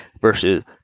versus